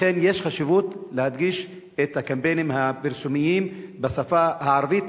לכן חשוב להדגיש את הקמפיינים הפרסומיים בשפה הערבית,